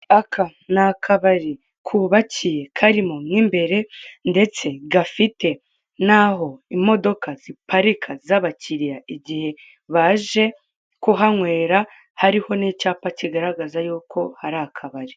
Aka ni akabari kubakiye karimo mu mbere ndetse gafite naho imodoka ziparika z'abakiriya igihe baje kuhanywera hariho n'icyapa kigaragaza y'uko hari kabari.